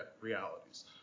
realities